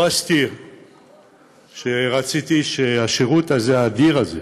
לא אסתיר שרציתי שהשירות האדיר הזה,